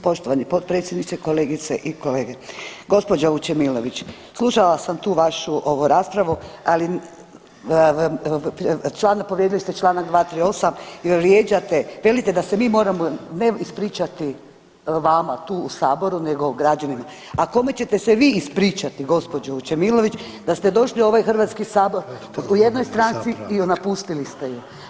Poštovani potpredsjedniče, kolegice i kolege, gospođa Vučemilović slušala sam tu vašu ovu raspravu, ali, povrijedili ste Članak 238., jer vrijeđate velite da se mi moramo ne ispričati vama tu u saboru, nego građanima, a kome ćete se vi ispričati gospođo Vučemilović da ste došli u ovaj Hrvatski sabor i napustili ste ju.